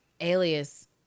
alias